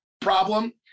problem